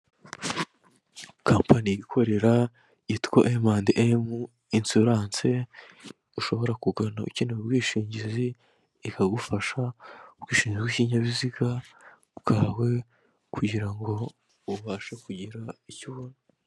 Kampani yikorera yitwa emu endi emu ensorase ushobora kugana ukeneye ubwishingizi ikagufasha ubwishingizi bw'ikinyabiziga bwawe kugira ngo ubashe kugira icyo ubona.